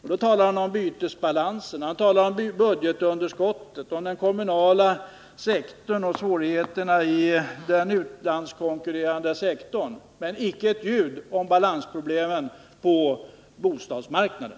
Han talar om bytesbalansen, budgetunderskottet, den kommunala sektorn och om svårigheterna i den utlandskonkurrerande sektorn, men icke ett ljud om balansproblemen på bostadsmarknaden.